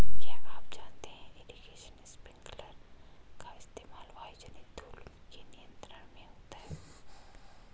क्या आप जानते है इरीगेशन स्पिंकलर का इस्तेमाल वायुजनित धूल के नियंत्रण में होता है?